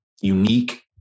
unique